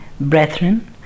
brethren